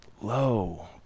Low